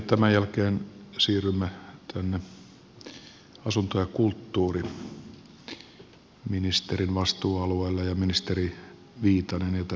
tämän jälkeen siirrymme asunto ja kulttuuriministeri viitasen vastuualueelle